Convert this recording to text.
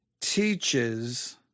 teaches